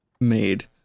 made